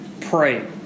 pray